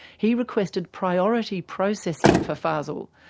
he requested priority processing for fazel,